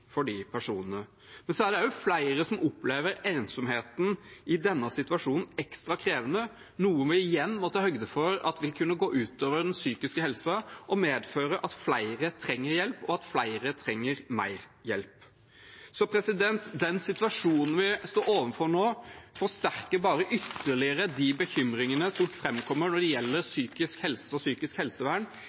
for de personene. Men det er også flere som opplever ensomheten i denne situasjonen som ekstra krevende, noe vi igjen må ta høyde for at vil kunne gå ut over psykisk helse og medføre at flere trenger hjelp, og at flere trenger mer hjelp. Situasjonen vi står overfor nå, forsterker bare ytterligere de bekymringene som framkommer når det gjelder psykisk helse og psykisk helsevern